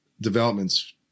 developments